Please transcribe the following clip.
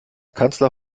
kanzler